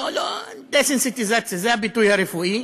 לא לא, דסנסיטיזציה זה הביטוי הרפואי